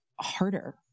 harder